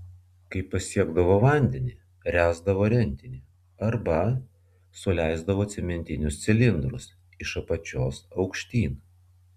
kai pasiekdavo vandenį ręsdavo rentinį arba suleisdavo cementinius cilindrus iš apačios aukštyn